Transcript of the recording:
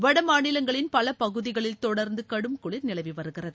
வடமாநிலங்களின் பல பகுதிகளில் தொடர்ந்து கடும் குளிர் நிலவி வருகிறது